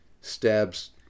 stabs